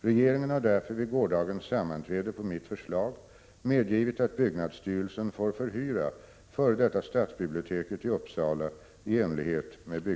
Regeringen har därför vid gårdagens sammanträde på mitt förslag